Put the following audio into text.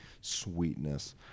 Sweetness